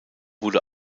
wurde